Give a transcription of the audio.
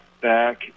back